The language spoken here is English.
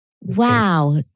Wow